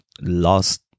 lost